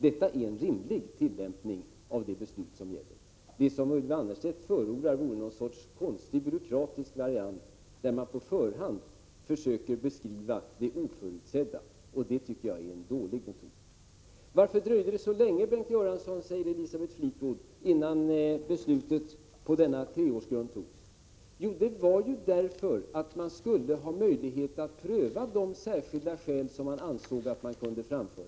Detta är en rimlig tillämpning av det beslut som gäller. Det som Ylva Annerstedt förordar är någon sorts konstig byråkratisk variant, där man på förhand försöker beskriva det oförutsedda, och det tycker jag är en dålig metod. Varför dröjde det så länge innan det beslut som grundade sig på treårsgränsen fattades? frågade Elisabeth Fleetwood. Jo, det var ju för att ge möjlighet att pröva de särskilda skäl som man ansåg sig kunna framföra.